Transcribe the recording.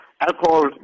alcohol